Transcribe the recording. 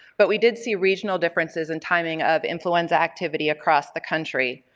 but we did see regional differences in timing of influenza activity across the country,